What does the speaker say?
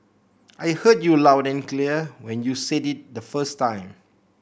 I heard you loud and clear when you said it the first time